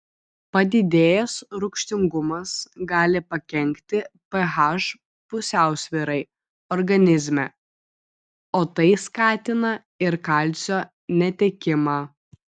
padidėjęs rūgštingumas gali pakenkti ph pusiausvyrai organizme o tai skatina ir kalcio netekimą